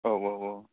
औ औ औ